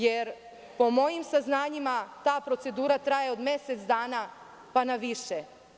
Jer, po mojim saznanjima ta procedura traje od mesec dana pa na više.